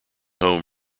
home